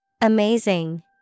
Amazing